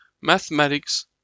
mathematics